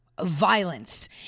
violence